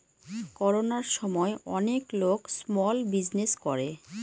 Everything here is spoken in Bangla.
করোনার সময় অনেক লোক স্মল বিজনেস করে